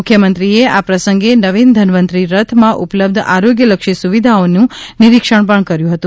મુખ્યમંત્રીશ્રીએ આ પ્રસંગે નવીન ધનવંતરી રથમાં ઉપલબ્ધ આરોગ્યલક્ષી સુવિધાઓની નિરીક્ષણ પણ કર્યું હતું